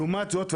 לעומת זאת,